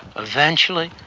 eventually,